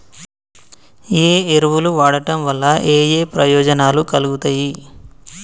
ఏ ఎరువులు వాడటం వల్ల ఏయే ప్రయోజనాలు కలుగుతయి?